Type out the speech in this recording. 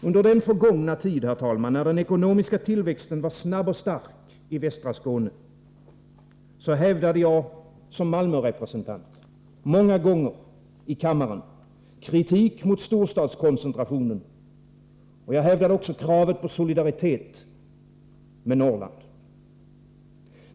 Under den förgångna tid, herr talman, när den ekonomiska tillväxten var snabb och stark i västra Skåne, framförde jag som Malmörepresentant många gånger i kammaren kritik mot storstadskoncentrationen, och jag hävdade också kravet på solidaritet med Norrland.